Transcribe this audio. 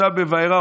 עכשיו בוארא,